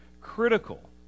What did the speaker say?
critical